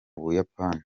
buyapani